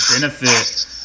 benefit